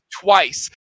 twice